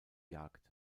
jagd